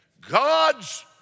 God's